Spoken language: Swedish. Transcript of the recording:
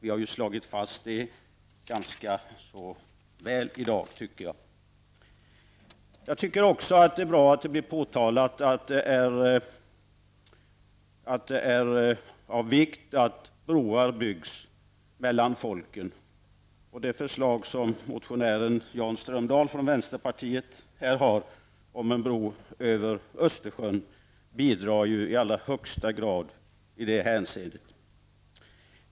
Jag tycker att vi i dag ganska väl har slagit fast detta. Det är bra att det påpekas att det är av vikt att broar byggs mellan folken. Det förslag som motionären Jan Strömdahl från vänsterpartiet har lagt fram om en bro över Östersjön bidrar ju i allra högsta grad i det hänseendet.